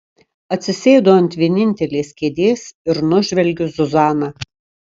atsisėdu ant vienintelės kėdės ir nužvelgiu zuzaną